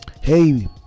Hey